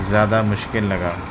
زیادہ مشکل لگا